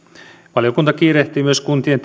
valiokunta kiirehtii myös kuntien